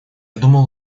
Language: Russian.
думал